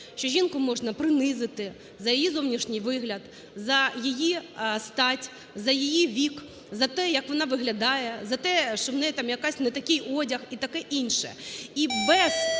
що жінку можна принизити за її зовнішній вигляд, за її стать, за її вік, за те, як вона виглядає, за те, що у неї якийсь не такий одяг і таке інше.